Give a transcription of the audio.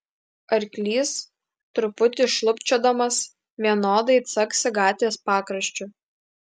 arklys truputį šlubčiodamas vienodai caksi gatvės pakraščiu